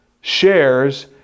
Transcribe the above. shares